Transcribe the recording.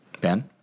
Ben